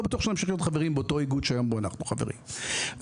בטוח שנמשיך להיות חברים באותו איגוד שאנחנו חברים בו.